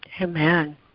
Amen